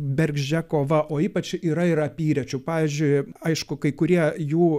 bergždžia kova o ypač yra ir apyrečių pavyzdžiui aišku kai kurie jų